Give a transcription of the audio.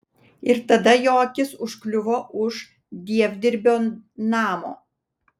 ir tada jo akis užkliuvo už dievdirbio namo